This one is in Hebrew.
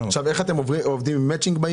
אתם עובדים בעיריות עם מצ'ינג?